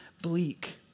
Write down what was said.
bleak